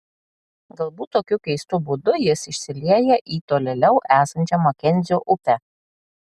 galbūt tokiu keistu būdu jis išsilieja į tolėliau esančią makenzio upę